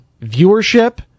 viewership